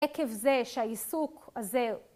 עקב זה שהעיסוק הזה.